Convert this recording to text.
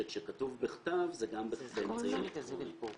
לוודא שכשכתוב בכתב זה גם באמצעי אלקטרוני.